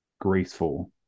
graceful